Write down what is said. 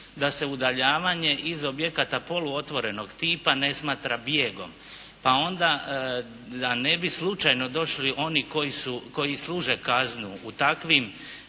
da se udaljavanje iz objekata poluotvorenog tipa ne smatra bijegom. Pa onda da ne bi slučajno došli oni koji služe kaznu u takvim